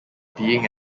being